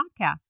podcast